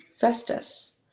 Festus